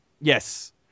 Yes